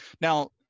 Now